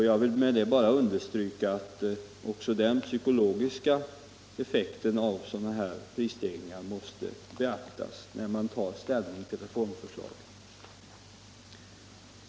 Jag vill med detta bara understryka att också den psykologiska effekten av sådana prisstegringar måste beaktas när man tar ställning till reformförslag.